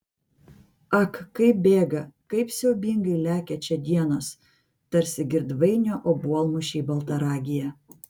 ak kaip bėga kaip siaubingai lekia čia dienos tarsi girdvainio obuolmušiai baltaragyje